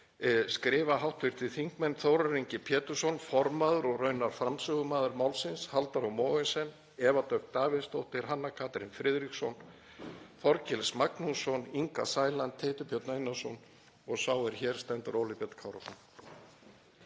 skrifa hv. þingmenn Þórarinn Ingi Pétursson, formaður og raunar framsögumaður málsins, Halldóra Mogensen, Eva Dögg Davíðsdóttir, Hanna Katrín Friðriksson, Þorgils Magnússon, Inga Sæland, Teitur Björn Einarsson, og sá er hér stendur, Óli Björn Kárason.